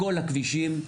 בכל הכבישים,